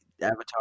Avatar